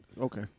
okay